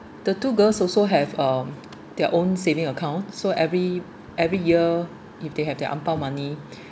the two girls also have uh their own savings account so every every year if they have their ang pao money